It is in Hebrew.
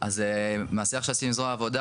אז מהשיח שעשינו עם זרוע העבודה,